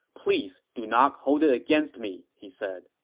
please do not hold it against me, he said